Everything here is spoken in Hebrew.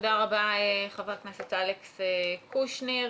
תודה רבה, חבר הכנסת אלכס קושניר.